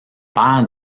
père